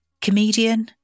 comedian